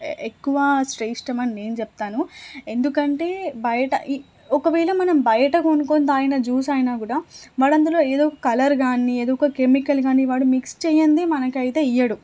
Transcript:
ఎక్కువా శ్రేష్టమని నేను చెప్తాను ఎందుకంటే బయట ఇ ఒకవేళ మనం బయట కొనుక్కొని తాగిన జ్యూస్ అయినా కూడా వాడు అందులో ఏదో కలర్ కాని ఏదో ఒక కెమికల్ కానీ వాడు మిక్స్ చెయ్యందే మనకు అయితే ఇయ్యడు